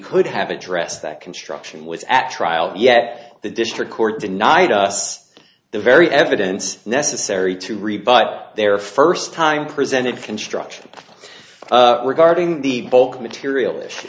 could have addressed that construction was at trial yet the district court denied us the very evidence necessary to rebut their first time presented construction regarding the bulk material